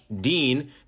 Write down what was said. dean